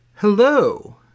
Hello